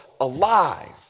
alive